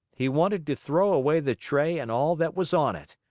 he wanted to throw away the tray and all that was on it.